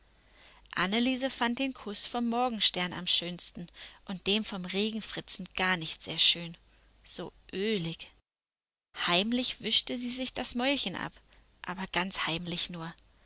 anneliese fand den kuß vom morgenstern am schönsten und den vom regenfritzen gar nicht sehr schön so ölig heimlich wischte sie sich das mäulchen ab aber ganz heimlich nur